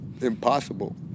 impossible